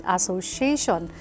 Association